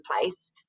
place